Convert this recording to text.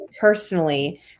personally